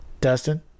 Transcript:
Dustin